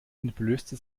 entblößte